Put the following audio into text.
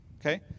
okay